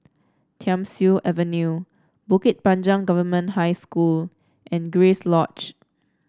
Thiam Siew Avenue Bukit Panjang Government High School and Grace Lodge